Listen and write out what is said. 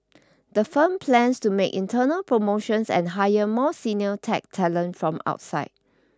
the firm plans to make internal promotions and hire more senior tech talent from outside